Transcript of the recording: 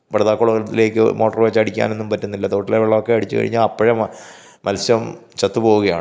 പടുതാക്കുളത്തിലേക്ക് motor വെച്ച് അടിക്കാൻ ഒന്നും പറ്റുന്നില്ല തോട്ടിലെ വെള്ളമൊക്കെ അടിച്ചു കഴിഞ്ഞാൽ അപ്പോഴേ മത്സ്യം ചത്തു പോകുകയാണ്